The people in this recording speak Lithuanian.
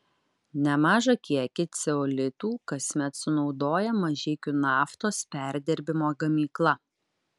nemažą kiekį ceolitų kasmet sunaudoja mažeikių naftos perdirbimo gamykla